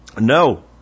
No